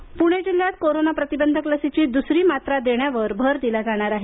लसीकरण पुणे जिल्ह्यात कोरोना प्रतिबंधक लसीची द्सरी मात्रा देण्यावर भर दिला जाणार आहे